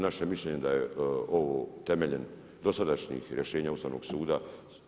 Naše mišljenje je ovo temeljem dosadašnjih rješenja Ustavnog suda.